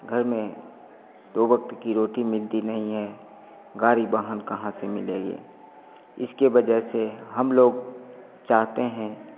घर में दो वक्त की रोटी मिलती नहीं है गाड़ी वाहन कहाँ से मिलेगी इसके वजह से हम लोग चाहते हैं